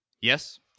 Yes